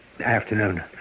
afternoon